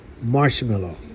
marshmallow